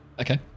Okay